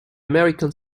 american